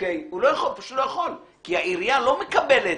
הוא פשוט לא יכול, כי העירייה לא מקבלת,